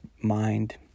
mind